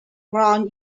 brown